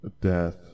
death